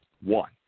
one